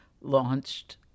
launched